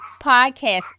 podcast